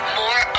more